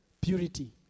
purity